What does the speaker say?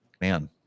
man